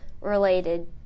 related